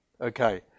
Okay